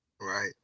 Right